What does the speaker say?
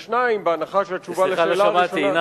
2. בהנחה שהתשובה, סליחה, לא שמעתי.